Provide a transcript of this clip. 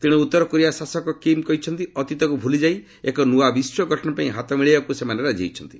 ତେଣେ ଉତ୍ତରକୋରିଆ ଶାସକ କିମ୍ କହିଛନ୍ତି ଅତୀତକୁ ଭୁଲିଯାଇ ଏକ ନୂଆ ବିଶ୍ୱ ଗଠନ ପାଇଁ ହାତ ମିଳାଇବାକୁ ସେମାନେ ରାଜି ହୋଇଛନ୍ତି